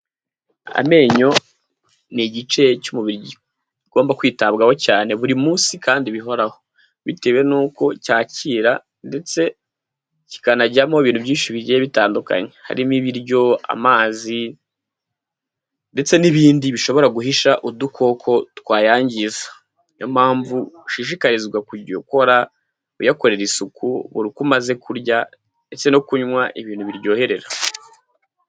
Amenyo ni igice cy'umubiri kigomba kwitabwaho cyane buri munsi kandi bihoraho, bitewe n'uko cyakira ndetse kikanajyamo ibintu byinshi bigiye bitandukanye, harimo ibiryo amazi ndetse n'ibindi bishobora guhisha udukoko twayangiza, niyo mpamvu ushishikarizwa kujya ukora uyakorera isuku buri uko umaze kurya ndetse no kunywa ibintu biryoherera.